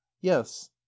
Yes